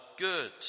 good